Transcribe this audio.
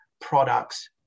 products